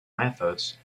methods